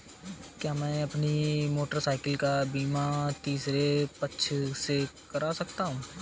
क्या मैं अपनी मोटरसाइकिल का बीमा तीसरे पक्ष से करा सकता हूँ?